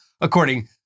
according